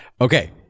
okay